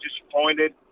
disappointed